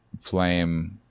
flame